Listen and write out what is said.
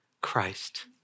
Christ